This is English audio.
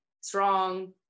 strong